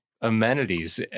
amenities